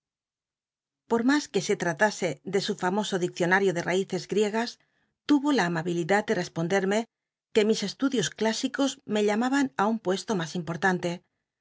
por mas que se tratase de su famoso diccionario de raíces griegas tuvo la amabilidad de responderme que mis estudios clásicos me llamaban á un puesto mas importante